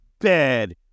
bad